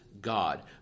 god